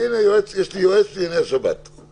הינה, יש לי יועץ לענייני השבת...